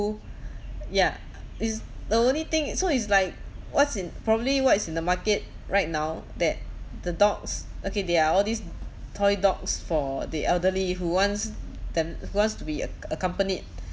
ya it's the only thing so it's like what's in probably what is in the market right now that the dogs okay there are all these toy dogs for the elderly who wants them who wants to be a accompanied